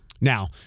Now